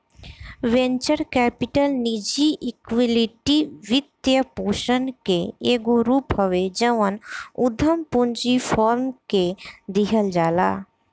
venture capital निजी equity वित्तपोषण के एगो रूप हवे जवन उधम पूंजी फार्म के दिहल जाला